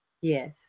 Yes